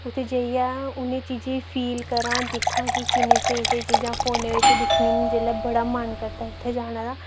उत्थै जाइयै उ'नें चीजें गी फील करां दिक्खां कि किन्नी स्हेई स्हेई चीजां फोने बिच दिक्खनी होन्नी जेल्लै बड़ा मन करदा उत्थै जाने दा